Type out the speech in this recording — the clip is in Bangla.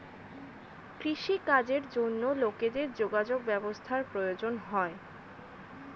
কৃষি কাজের জন্য লোকেদের যোগাযোগ ব্যবস্থার প্রয়োজন হয়